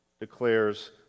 declares